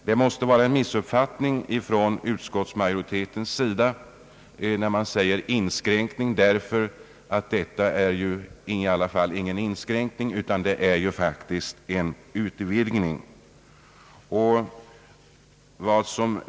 Det måste vara en missuppfattning när utskottsmajoriteten talar om inskränkning — faktiskt rör det sig här om en utvidgning.